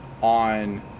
on